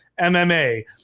MMA